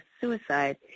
suicide